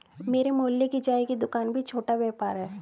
मेरे मोहल्ले की चाय की दूकान भी छोटा व्यापार है